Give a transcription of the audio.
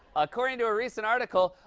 according to a recent article,